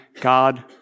God